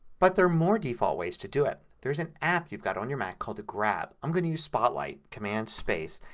but there are more default ways to do it. there's an app you've got on your mac called the grab. i'm going to use spotlight, command space,